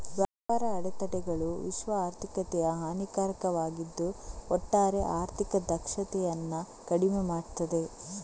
ವ್ಯಾಪಾರ ಅಡೆತಡೆಗಳು ವಿಶ್ವ ಆರ್ಥಿಕತೆಗೆ ಹಾನಿಕಾರಕವಾಗಿದ್ದು ಒಟ್ಟಾರೆ ಆರ್ಥಿಕ ದಕ್ಷತೆಯನ್ನ ಕಡಿಮೆ ಮಾಡ್ತದೆ